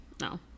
No